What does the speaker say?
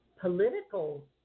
political